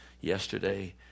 yesterday